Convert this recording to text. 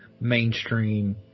mainstream